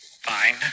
fine